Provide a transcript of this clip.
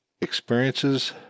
experiences